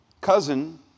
cousin